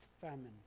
famine